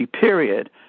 period